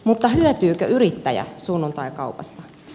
mutta hyötyykö yrittäjä sunnuntaikaupasta